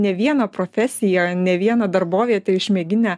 ne vieną profesiją ne vieną darbovietę išmėginę